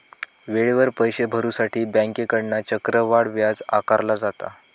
वेळेवर पैशे भरुसाठी बँकेकडना चक्रवाढ व्याज आकारला जाता